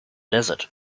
desert